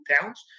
towns